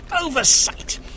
oversight